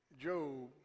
Job